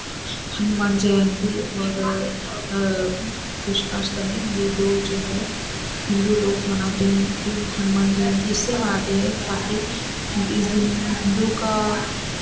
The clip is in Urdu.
ہنومان جینتی اور کرشنا اشٹمی یہ دو جو ہے ہندو لوگ مناتے ہیں ہنومان جینتی اس لیے مناتے ہیں تاکہ اس دن ہندو کا